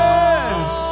Yes